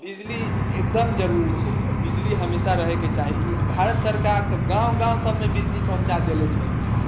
बिजली एकदम जरूरी छै बिजली हमेशा रहैके चाही ई भारत सरकार तऽ गाँव गाँव सबमे बिजली पहुँचा देले छै